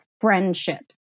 friendships